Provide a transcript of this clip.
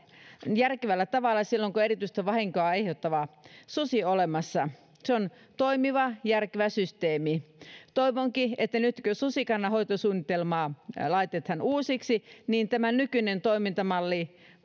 järkevällä tavalla silloin kun erityistä vahinkoa aiheuttava susi on olemassa se on toimiva järkevä systeemi toivonkin että nyt kun susikannan hoitosuunnitelmaa laitetaan uusiksi niin tämä nykyinen toimintamalli